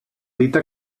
dita